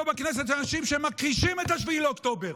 אל תעזור לאויבים שלנו.